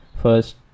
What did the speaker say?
first